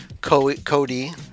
Cody